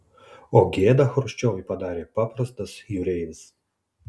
o gėdą chruščiovui padarė paprastas jūreivis